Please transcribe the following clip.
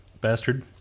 bastard